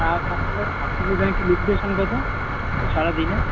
আর আসলে ব্যাংকের লিমিটেশান কত পু সারা দিনে